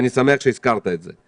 אני שמח שהזכרת את זה.